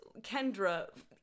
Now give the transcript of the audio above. Kendra